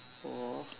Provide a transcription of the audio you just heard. four